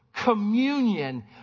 communion